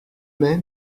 mai